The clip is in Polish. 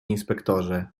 inspektorze